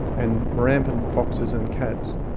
and rampant foxes and cats.